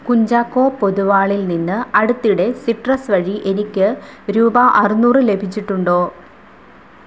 കുഞ്ചാക്കോ പൊതുവാളിൽ നിന്ന് അടുത്തിടെ സിട്രസ് വഴി എനിക്ക് രൂപ അറുനൂറ് ലഭിച്ചിട്ടുണ്ടോ